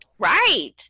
Right